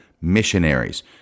missionaries